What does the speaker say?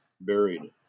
buried